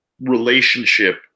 relationship